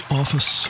office